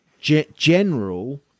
general